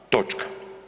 Točka.